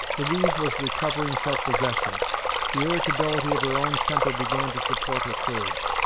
louise was recovering self-possession the irritability of her own temper began to support her courage.